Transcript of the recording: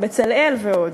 ב"בצלאל" ועוד.